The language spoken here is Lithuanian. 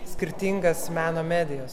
skirtingas meno medijas